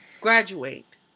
Graduate